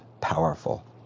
powerful